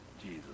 Jesus